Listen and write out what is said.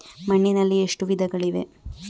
ಮಣ್ಣಿನಲ್ಲಿ ಎಷ್ಟು ವಿಧಗಳಿವೆ?